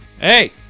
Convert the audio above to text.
Hey